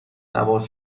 سوار